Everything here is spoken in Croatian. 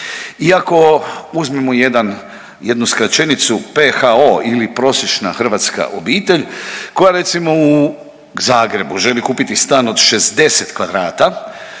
Iako uzmimo jedan, jednu skraćenicu PHO ili prosječna hrvatska obitelj koja recimo u Zagrebu želi kupiti stan od 60 kvadrata